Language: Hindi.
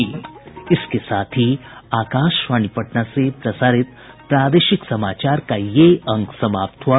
इसके साथ ही आकाशवाणी पटना से प्रसारित प्रादेशिक समाचार का ये अंक समाप्त हुआ